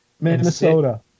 Minnesota